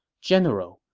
general,